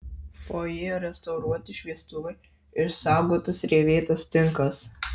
fojė restauruoti šviestuvai išsaugotas rievėtas tinkas